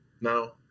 No